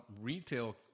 retail